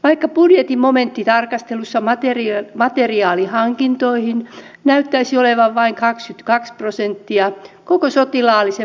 minulla on tässä noin kymmenen lehtiotsikkoa siitä alkaen kun ilmoititte välikysymyksestä